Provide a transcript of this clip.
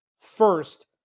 First